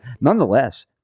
Nonetheless